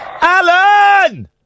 Alan